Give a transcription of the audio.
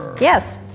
Yes